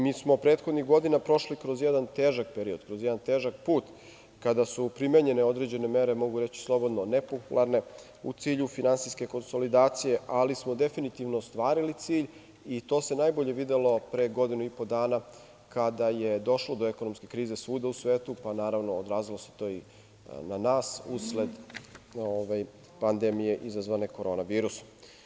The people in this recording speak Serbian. Mi smo prethodnih godina prošli kroz jedan težak period, kroz jedan težak put, kada su primenjene određene mere, mogu reći slobodno nepopularne, u cilju finansijske konsolidacije, ali smo definitivno ostvarili cilj i to se najbolje videlo pre godinu i po dana, kada je došlo do ekonomske krize svuda u svetu, pa naravno odrazilo se to i na nas, usled pandemije izazvane korona virusom.